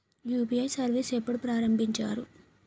UPI service ఎప్పుడు ప్రారంభించారు?